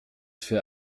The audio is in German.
für